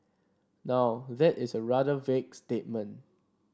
now that is a rather vague statement